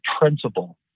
principle